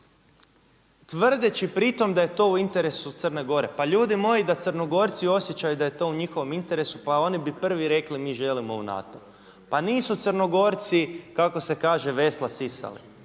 tvrdeći pri tome da je to u interesu Crne Gore. Pa ljudi moji da Crnogorci osjećaju da je to u njihovom interesu pa oni bi prvi rekli mi želimo u NATO. Pa nisu Crnogorci kako se kaže vesla sisali.